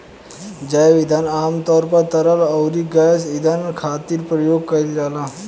जैव ईंधन आमतौर पर तरल अउरी गैस ईंधन खातिर प्रयोग कईल जाला